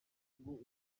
ngo